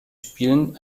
spielen